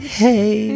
hey